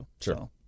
Sure